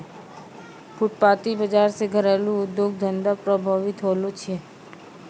फुटपाटी बाजार से घरेलू उद्योग धंधा प्रभावित होलो छै